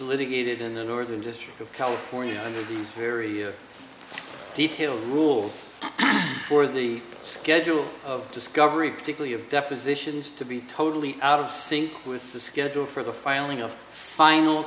litigated in the northern district of california very detailed rules for the schedule of discovery particularly of depositions to be totally out of sync with the schedule for the filing of final